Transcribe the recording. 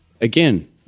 again